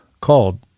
called